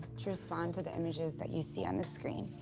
to respond to the images that you see on the screen.